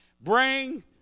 Bring